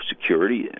security